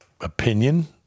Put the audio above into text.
opinion